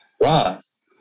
Ross